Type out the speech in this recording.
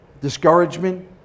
discouragement